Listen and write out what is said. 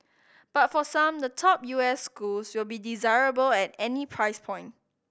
but for some the top U S schools will be desirable at any price point